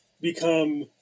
become